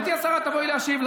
גברתי השרה, תבואי להשיב.